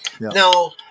now